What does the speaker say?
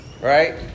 right